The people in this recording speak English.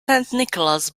nicholas